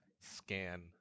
Scan